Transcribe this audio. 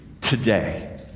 today